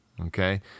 Okay